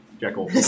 Jekyll